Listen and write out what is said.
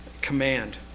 command